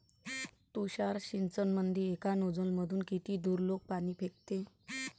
तुषार सिंचनमंदी एका नोजल मधून किती दुरलोक पाणी फेकते?